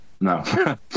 No